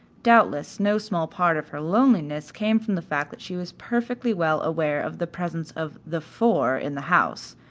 doubtless no small part of her loneliness came from the fact that she was perfectly well aware of the presence of the four in the house,